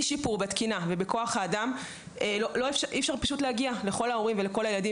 ובלי שיפור בתקינה ובכוח האדם אי-אפשר להגיע לכל ההורים והילדים